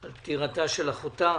על פטירתה של אחותה.